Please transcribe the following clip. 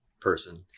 person